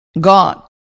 god